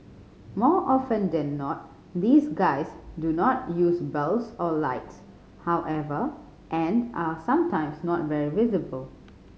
more often than not these guys do not use bells or lights however and are sometimes not very visible